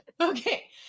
Okay